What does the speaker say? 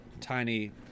tiny